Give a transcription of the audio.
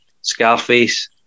Scarface